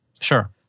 Sure